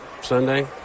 Sunday